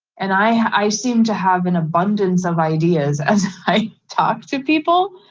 and i seem to have an abundance of ideas as i talk to people.